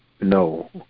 no